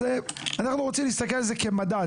אז אנחנו רוצים להסתכל על זה כמדד.